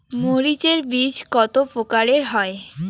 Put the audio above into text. মরিচ এর বীজ কতো প্রকারের হয়?